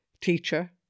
teacher